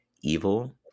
evil